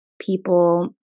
people